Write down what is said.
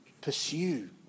pursue